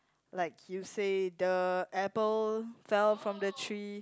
like you say the apple fell from the tree